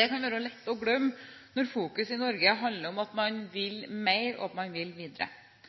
Det kan være lett å glemme når fokus i Norge handler om at man vil mer, og at man vil videre.